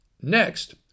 Next